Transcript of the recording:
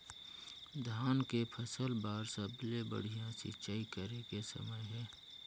धान के फसल बार सबले बढ़िया सिंचाई करे के समय हे?